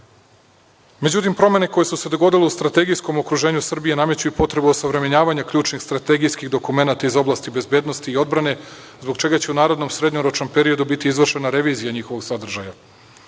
zalagati.Međutim, promene koje su se dogodile u strategijskom okruženju Srbije nameću potrebu osavremenjavanja ključnih strategijskih dokumenata iz oblasti bezbednosti i odbrane, zbog čega će u narednom srednjoročnom periodu biti izvršena revizija njihovog sadržaja.